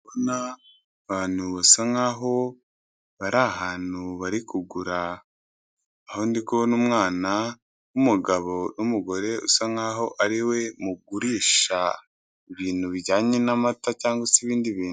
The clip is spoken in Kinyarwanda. Ndi kubona abantu basa nkaho bari ahantu bari kugura aho ndi kubona umwana n'umugabo n'umugore usa nkaho ariwe mugurisha, ibintu bijyanye n'amata cyangwa se ibindi bintu.